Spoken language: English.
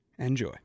Enjoy